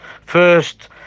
first